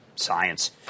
science